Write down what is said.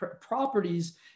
properties